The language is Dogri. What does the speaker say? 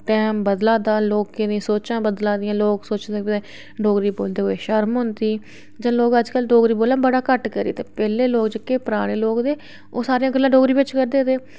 टैम बदला दा लोकें दियां सोचां बदला दियां लोक सोचदे भाई डोगरी बोलदे शर्म औंदी ते लोक डोगरी बोलना बड़ा घट्ट करी दे पैह्लें लोक जेह्के पराने लोक हे ओह् सारियां गल्लां डोगरी बिच करदे ते